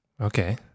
Okay